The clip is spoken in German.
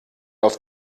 auf